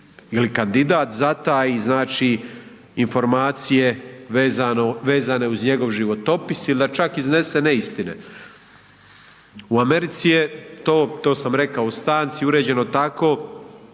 ili kandidat zataji informacije vezane uz njegov životopis ili da čak iznese neistine. U Americi je to, to sam rekao u stanci, uređeno tako